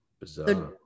Bizarre